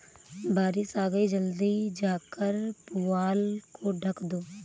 बारिश आ गई जल्दी जाकर पुआल को ढक दो